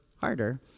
harder